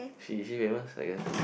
she is she famous I guess